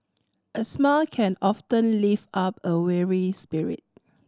a smile can often lift up a weary spirit